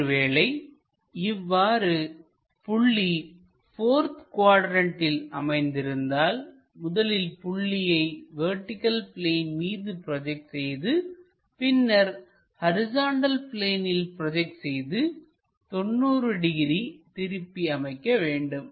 ஒருவேளை இவ்வாறு புள்ளி போர்த் குவாட்ரண்ட்டில் அமைந்திருந்தால் முதலில் புள்ளியை வெர்டிகள் பிளேன் மீது ப்ரோஜெக்ட் செய்து பின்னர் ஹரிசாண்டல் பிளேனில் ப்ரோஜெக்ட் செய்து 90 டிகிரி திருப்பி அமைக்க வேண்டும்